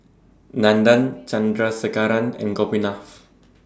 Nandan Chandrasekaran and Gopinath